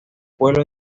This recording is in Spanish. pueblo